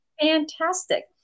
Fantastic